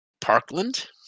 Parkland